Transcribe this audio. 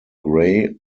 grey